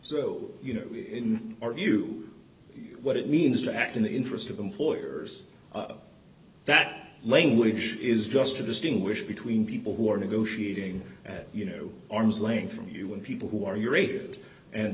so you know in our view what it means to act in the interest of employers that language is just to distinguish between people who are negotiating you know arm's length from you when people who are